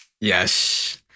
yes